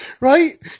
right